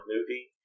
movie